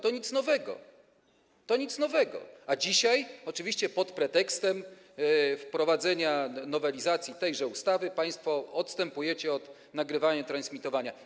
To nic nowego, a dzisiaj, oczywiście pod pretekstem wprowadzenia nowelizacji tejże ustawy, państwo odstępujecie od nagrywania i transmitowania.